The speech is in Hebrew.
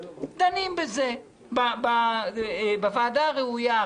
דנים בזה בוועדה הראויה.